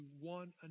one